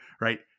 right